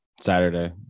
Saturday